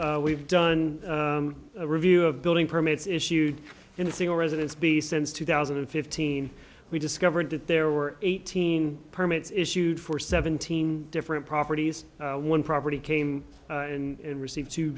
meeting we've done a review of building permits issued in a single residence be sense two thousand and fifteen we discovered that there were eighteen permits issued for seventeen different properties one property came in and received two